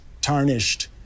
tarnished